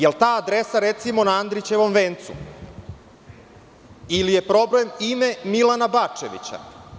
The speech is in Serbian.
Da li je ta adresa recimo na Andrićevom vencu, ili je problem ime Milana Bačevića?